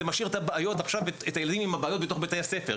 זה משאיר את הילדים עם הבעיות בתוף בתי הספר,